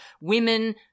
women